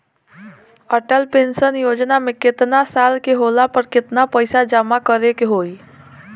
Atal pension Yojana मे केतना साल के होला पर केतना पईसा जमा करे के होई?